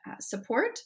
support